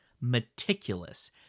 meticulous